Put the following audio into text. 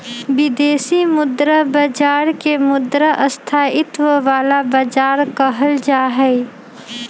विदेशी मुद्रा बाजार के मुद्रा स्थायित्व वाला बाजार कहल जाहई